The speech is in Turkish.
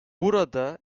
burada